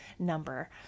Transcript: number